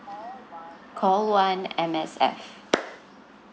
call one M_S_F